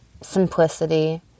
simplicity